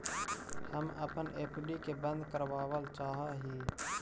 हम अपन एफ.डी के बंद करावल चाह ही